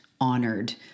honored